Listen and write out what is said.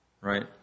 Right